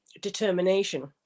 determination